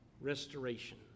restoration